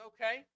Okay